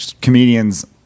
comedians